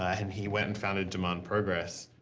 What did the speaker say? and he went and founded demand progress.